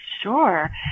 Sure